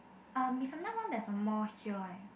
uh if I'm not wrong there's a mall here eh